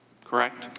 correct?